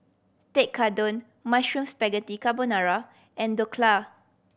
Tekkadon Mushroom Spaghetti Carbonara and Dhokla